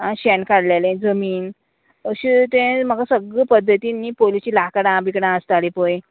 आं शेण काडलेले जमीन अशें तें म्हाका सगळें पद्दतीन न्ही पयलुचीं लांकडां बिकडां आसतालीं पय